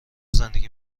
زندگی